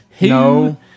No